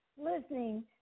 listening